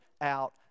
out